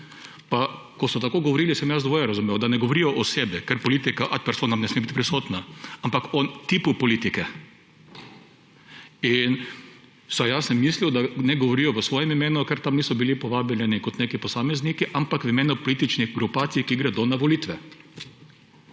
Ko so tako govorili, sem jaz dvoje razumel, da ne govorijo o osebi, ker politika ad personam ne sme biti prisotna. Ampak o tipu politike. Vsaj jaz sem mislil, da ne govorijo v svojem imenu, ker tam niso bili povabljeni kot neki posamezniki, ampak v imenu političnih grupacij, ki gredo na volitve.